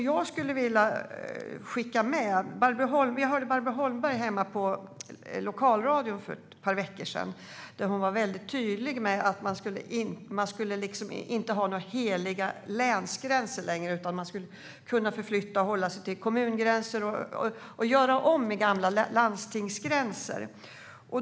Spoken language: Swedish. Jag hörde Barbro Holmberg hemma i lokalradion för ett par veckor sedan där hon var mycket tydlig med att man inte skulle ha några heliga länsgränser längre utan att man skulle kunna förflytta dem och hålla sig till kommungränser och göra om i fråga om gamla landstingsgränser.